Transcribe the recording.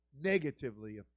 negatively